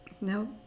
No